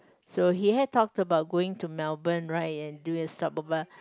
so he had talked about going to Melbourne right and doing a stop over